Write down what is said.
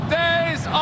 days